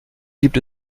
gibt